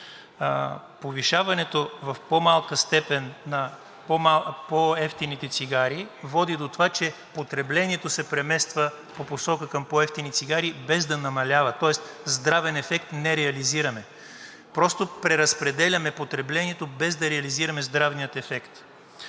Повишаването в по-малка степен на по-евтините цигари, води до това, че потреблението се премества в посока към по-евтини цигари, без да намалява, тоест здравен ефект не реализираме. Просто преразпределяме потреблението, без да реализираме здравния ефект.